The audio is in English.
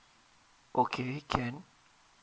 okay can